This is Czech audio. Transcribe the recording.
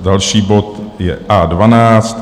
Další bod je A12.